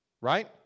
right